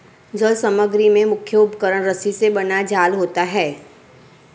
जल समग्री में मुख्य उपकरण रस्सी से बना जाल होता है